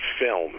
film